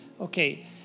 Okay